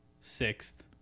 sixth